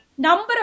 number